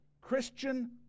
Christian